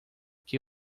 que